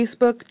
Facebook